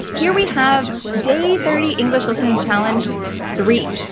here we have day thirty english listening challenge three.